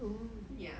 ya